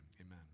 amen